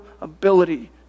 ability